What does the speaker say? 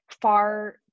far